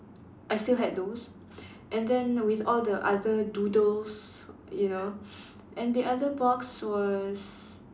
I still had those and then with all the other doodles you know and the other box was